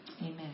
Amen